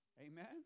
Amen